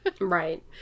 right